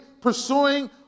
pursuing